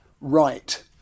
right